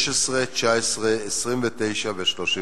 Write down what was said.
16, 19, 29 ו-31.